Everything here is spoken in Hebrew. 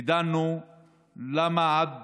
ודנו למה עד